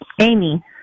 amy